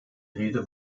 rede